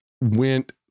went